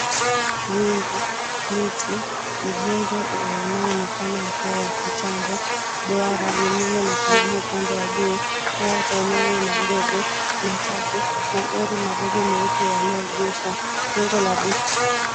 Wingu, miti, mjengo unaoonekana wa kuwa wa kitambo, duara lililo na sanamu upande wa juu, waya za umeme na gogo, matatu, magari madogo meupe yaliyoegeshwa, jengo la duka.